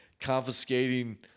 confiscating